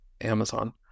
Amazon